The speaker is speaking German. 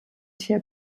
tier